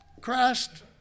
Christ